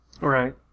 Right